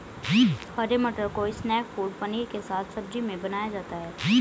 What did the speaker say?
हरे मटर को snack food पनीर के साथ सब्जी में बनाया जाता है